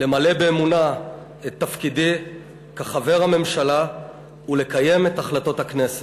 למלא באמונה את תפקידי כחבר הממשלה ולקיים את החלטות הכנסת.